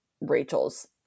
Rachel's